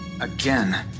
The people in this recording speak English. Again